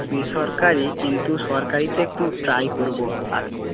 বেসরকারি কিন্তু সরকারিতে একটু ট্রাই করব আগে